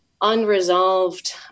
unresolved